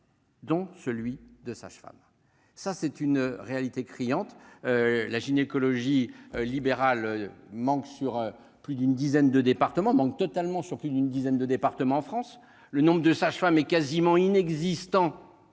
Dont celui de sa femme, ça c'est une réalité criante la gynécologie libéral manque sur plus d'une dizaine de départements manque totalement sur d'une dizaine de départements en France, le nombre de sages-femmes est quasiment inexistant